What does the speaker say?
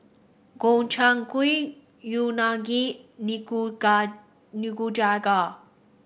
Gobchang Gui Unagi Nikujaga